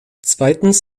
zweitens